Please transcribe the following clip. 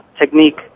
technique